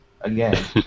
again